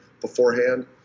beforehand